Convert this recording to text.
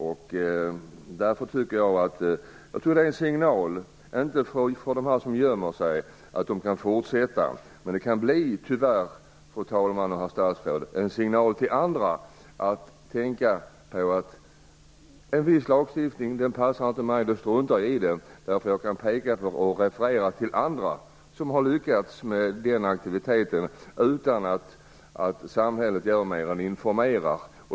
Jag tror inte att detta är en signal till dem som gömmer sig om att de kan fortsätta. Men tyvärr kan det, fru talman och herr statsråd, bli en signal till andra. Somliga personer kan tänka att en viss lagstiftning passar inte mig. Då struntar jag i den. Jag kan peka på, och referera till, andra som har lyckats med detta utan att samhället gjort mer än att informera.